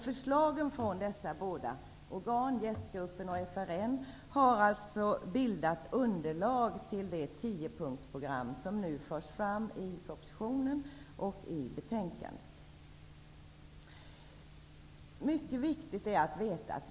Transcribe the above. Förslagen från dessa båda organ -- från JÄST gruppen och från FRN -- har bildat underlag till det tiopunktsprogram som nu läggs fram i propositionen och tillstyrks i betänkandet.